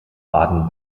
baden